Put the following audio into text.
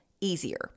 easier